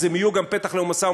אז הם יהיו גם פתח למשא-ומתן,